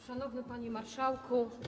Szanowny panie Marszałku!